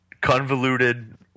convoluted